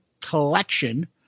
Collection